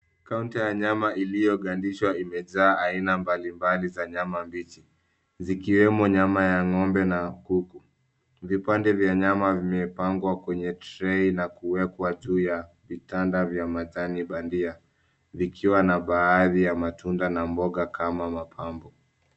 Counter ya nyama iliyogandishwa imejaa aina mbalimbali za nyama mbichi zikiwemo nyama ya ng’ombe na ya kuku. Vipande vya nyama vimepangwa kwenye tray na kuwekwa juu ya vitanda vya matani bandia vikiwa na baadhi ya matunda na mboga kama mapambo.